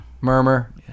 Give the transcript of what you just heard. Murmur